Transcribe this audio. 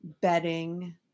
bedding